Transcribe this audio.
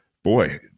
boy